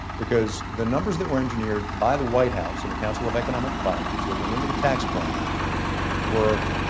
because the numbers that were engineered by the white house and the council of economic advisers that went into the tax plan were,